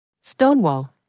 Stonewall